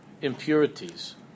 impurities